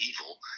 evil